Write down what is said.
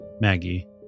Maggie